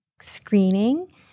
screening